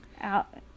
out